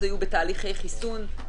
1% היו בתהליכי חיסון,